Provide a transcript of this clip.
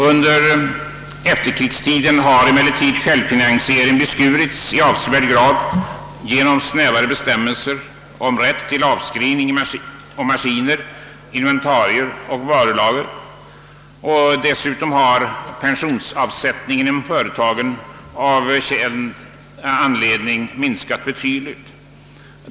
Under efterkrigstiden har emellertid självfinansieringen beskurits i avsevärd grad genom snävare bestämmelser om rätt till avskrivning på maskiner, inventarier och varulager, och dessutom har pensionsavsättningar inom företagen av känd anledning minskat betydligt.